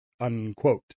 unquote